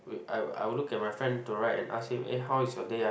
wait I would I would look at my friend to right and ask him eh how is your day uh